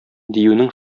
диюнең